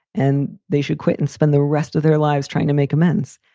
and they should quit and spend the rest of their lives trying to make amends.